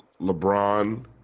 LeBron